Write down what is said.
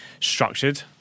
structured